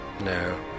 No